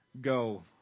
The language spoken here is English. go